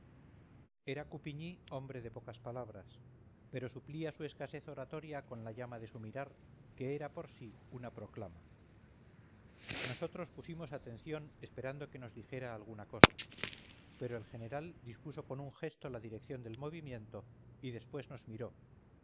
era coupigny hombre de pocas palabras pero suplía su escasez oratoria con la llama de su mirar que era por sí una proclama nosotros pusimos atención esperando que nos dijera alguna cosa pero el general dispuso con un gesto la dirección del movimiento y después nos miró